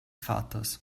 vaters